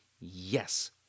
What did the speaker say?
Yes